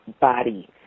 body